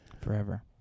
Forever